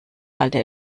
alte